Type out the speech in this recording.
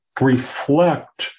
reflect